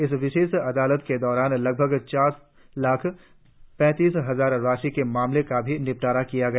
इस विशेष लोक अदालत के दौरान लगभग चार लाख पैतीस हजार राशि के मामले का भी निपटारा किया गया